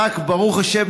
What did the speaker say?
ברוך השם,